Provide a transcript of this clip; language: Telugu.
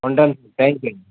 ఉంటాను సార్ థ్యాంక్ యూ అండి